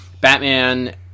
Batman